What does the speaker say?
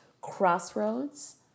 Crossroads